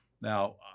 Now